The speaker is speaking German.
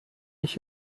ich